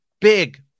big